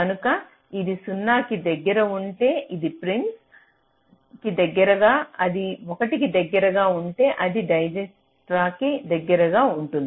కనుక ఇది 0 కి దగ్గరగా ఉంటే అది ప్రిమ్స్ కి దగ్గరగా అది 1 కి దగ్గరగా ఉంటే అది డైజ్క్స్ట్రా దగ్గరగా ఉంటుంది